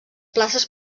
places